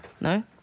No